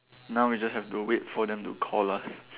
now we just have to wait for them to call us